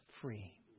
free